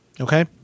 Okay